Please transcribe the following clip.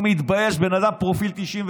לא מתבייש, בן אדם בעל פרופיל 97,